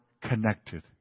connected